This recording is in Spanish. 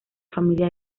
familia